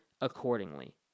accordingly